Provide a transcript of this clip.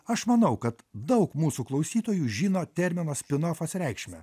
aš manau kad daug mūsų klausytojų žino termino spinofas reikšmę